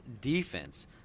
defense